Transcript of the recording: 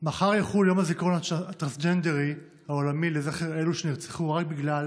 מחר יחול יום הזיכרון הטרנסג'נדרי העולמי לזכר אלו שנרצחו רק בגלל